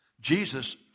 Jesus